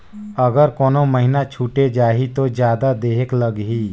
अगर कोनो महीना छुटे जाही तो जादा देहेक लगही?